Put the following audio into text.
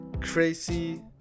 crazy